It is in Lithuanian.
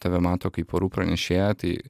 tave mato kaip orų pranešėją tai